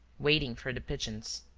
waiting for the pigeons.